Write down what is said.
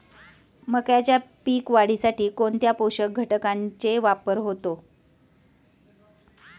मक्याच्या पीक वाढीसाठी कोणत्या पोषक घटकांचे वापर होतो?